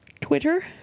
Twitter